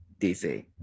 DC